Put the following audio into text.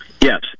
Yes